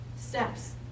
steps